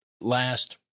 last